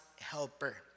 helper